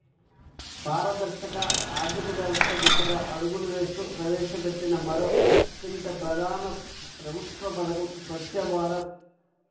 పారదర్శక ఆర్థిక వ్యవస్థ దిశగా అడుగులు వేస్తూ ప్రవేశపెట్టిన మరో అత్యంత ప్రధాన ప్రభుత్వ పథకం స్వఛ్చ భారత్